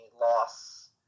loss